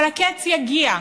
אבל הקץ יגיע.